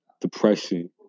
depression